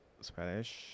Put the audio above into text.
Spanish